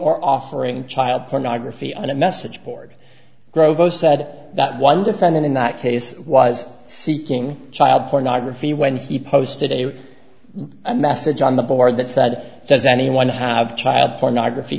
or offering child pornography on a message board grove o said that one defendant in that case was seeking child pornography when he posted a message on the board that said does anyone have child pornography